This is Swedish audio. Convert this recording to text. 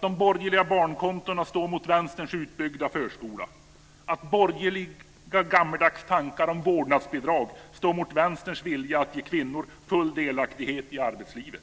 De borgerliga barnkontona står mot vänsterns utbyggda förskola. Borgerliga gammaldags tankar om vårdnadsbidrag står mot vänsterns vilja att ge kvinnor full delaktighet i arbetslivet.